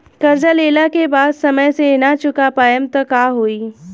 कर्जा लेला के बाद समय से ना चुका पाएम त का होई?